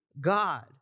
God